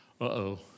Uh-oh